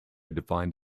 defined